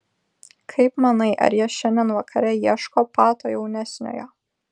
kaip manai ar jie šiandien vakare ieško pato jaunesniojo